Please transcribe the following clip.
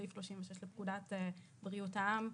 סעיף 36 לפקודת בריאות העם,